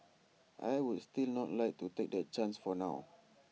I would still not like to take that chance for now